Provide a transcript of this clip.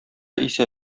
исә